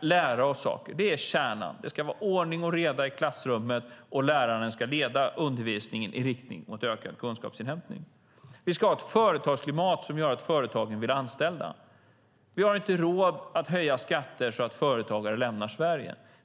lära sig saker - är kärnan. Det ska vara ordning och reda i klassrummet, och läraren ska leda undervisningen i riktning mot ökad kunskapsinhämtning. Det tredje är att vi ska ha ett företagsklimat som gör att företagen vill anställa. Vi har inte råd att höja skatter så att företagare lämnar Sverige.